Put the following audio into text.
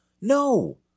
No